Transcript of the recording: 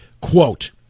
quote